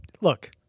Look